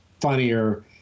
funnier